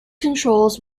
controls